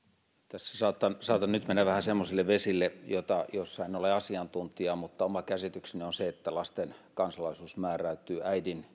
tässä saatan nyt mennä vähän semmoisille vesille joissa en ole asiantuntija mutta oma käsitykseni on se että lasten kansalaisuus määräytyy äidin